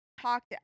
talked